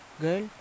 girl